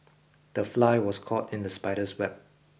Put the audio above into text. the fly was caught in the spider's web